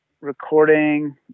recording